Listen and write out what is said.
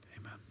Amen